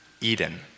Eden